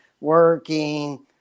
working